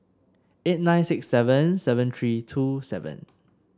eight nine six seven seven three two seven